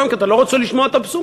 גם כי אתה לא רוצה לשמוע את הבשורה,